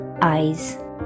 eyes